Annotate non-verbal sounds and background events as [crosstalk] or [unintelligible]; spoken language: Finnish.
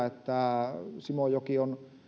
[unintelligible] että simojoki on